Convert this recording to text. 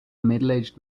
middleaged